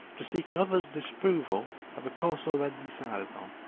to seek another's disapproval of a course already decided on.